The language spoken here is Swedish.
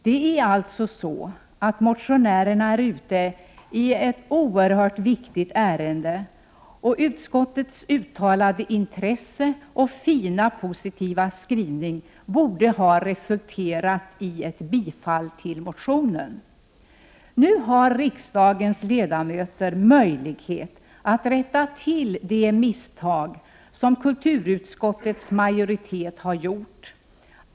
Det är alltså så att motionärerna är ute i ett oerhört viktigt ärende, och utskottets uttalade intresse och fina positiva skrivning borde ha resulterat i ett yrkande om bifall till motionen. Nu har riksdagens ledamöter möjlighet att rätta till det misstag som kulturutskottets majoritet har gjort.